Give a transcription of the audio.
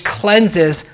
cleanses